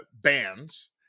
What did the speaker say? bands